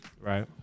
right